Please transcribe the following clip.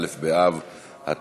א' באב התשע"ז,